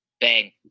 bang